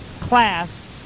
class